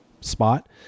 spot